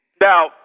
Now